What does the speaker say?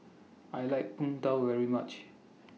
I like Png Tao very much